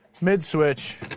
mid-switch